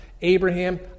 Abraham